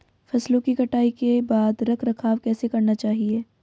फसलों की कटाई के बाद रख रखाव कैसे करना चाहिये?